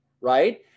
right